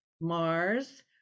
Mars